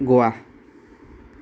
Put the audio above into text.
Goa